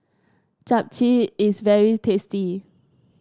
Japchae is very tasty